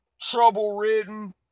trouble-ridden